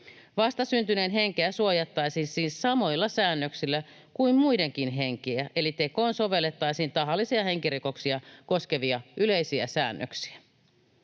Vastasyntyneen henkeä suojattaisiin siis samoilla säännöksillä kuin muidenkin henkeä eli tekoon sovellettaisiin tahallisia henkirikoksia koskevia yleisiä säännöksiä.